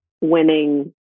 winning